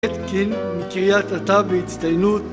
מקרית אתא בהצטיינות